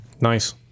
nice